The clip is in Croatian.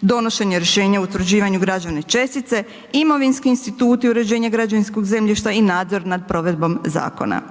Donošenje rješenja o utvrđivanju građevne čestice, imovinski instituti uređenja građevinskog zemljišta i nadzor nad provedbom zakona.